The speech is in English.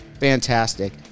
fantastic